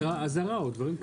אזהרה או דברים כאלה.